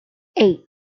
eight